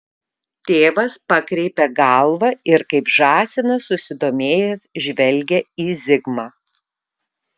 tėvas pakreipia galvą ir kaip žąsinas susidomėjęs žvelgia į zigmą